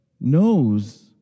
knows